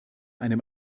einem